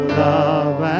love